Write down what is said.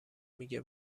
میگه